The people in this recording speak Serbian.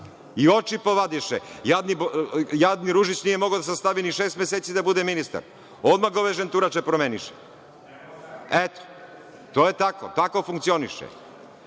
i oči povadiše. Jadni Ružić nije mogao da sastavi ni šest meseci da bude ministar, odmah ga ove ženturače promeniše. Eto, to je tako, tako funkcioniše.